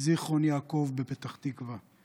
זיכרון יעקב בפתח תקווה.